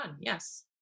Yes